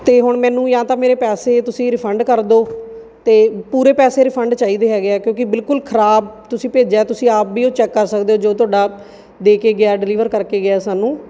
ਅਤੇ ਹੁਣ ਮੈਨੂੰ ਜਾਂ ਤਾਂ ਮੇਰੇ ਪੈਸੇ ਤੁਸੀਂ ਰਿਫੰਡ ਕਰ ਦਿਓ ਅਤੇ ਪੂਰੇ ਪੈਸੇ ਰਿਫੰਡ ਚਾਹੀਦੇ ਹੈਗੇ ਆ ਕਿਉਂਕਿ ਬਿਲਕੁਲ ਖ਼ਰਾਬ ਤੁਸੀਂ ਭੇਜਿਆ ਤੁਸੀਂ ਆਪ ਵੀ ਉਹ ਚੈੱਕ ਕਰ ਸਕਦੇ ਹੋ ਜੋ ਤੁਹਾਡਾ ਦੇ ਕੇ ਗਿਆ ਡਿਲੀਵਰ ਕਰਕੇ ਗਿਆ ਸਾਨੂੰ